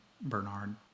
Bernard